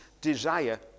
desire